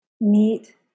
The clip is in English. meet